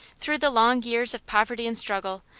through the long years of poverty and struggle,